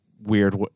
Weird